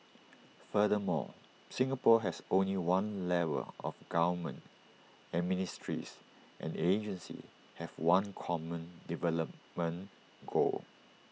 furthermore Singapore has only one level of government and ministries and agencies have one common development goal